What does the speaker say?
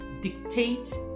dictate